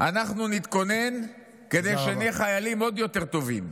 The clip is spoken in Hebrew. אנחנו נתכונן כדי שנהיה חיילים עוד יותר טובים.